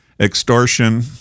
extortion